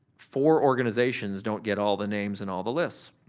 four organizations don't get all the names and all the lists.